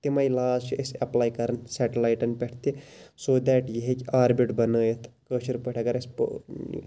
تمے لاز چھِ أسۍ ایٚپلاے کَران سیٚٹَلایِٹَن پٮ۪ٹھ تہِ سو دیٹ یہِ ہیٚکہِ آربِٹ بَنٲیِتھ کٲشِر پٲٹھۍ اَگَر اَسہِ